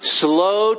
slow